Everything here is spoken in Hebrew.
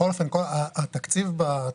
שלא יהיו.